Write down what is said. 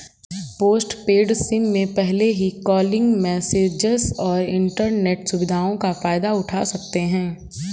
postpaid SIM में पहले ही कॉलिंग, मैसेजस और इन्टरनेट सुविधाओं का फायदा उठा सकते हैं